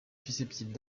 susceptibles